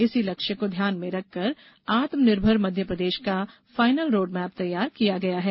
इसी लक्ष्य को ध्यान में रखकर आत्मनिर्भर मध्यप्रदेश का फाइनल रोडमैप तैयार किया गया है